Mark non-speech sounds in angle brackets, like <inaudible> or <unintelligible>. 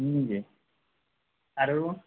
<unintelligible> আৰু